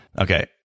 Okay